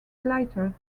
slightly